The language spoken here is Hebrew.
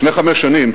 לפני חמש שנים,